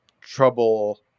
trouble